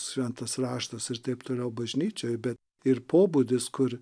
šventas raštas ir taip toliau bažnyčioj be ir pobūdis kur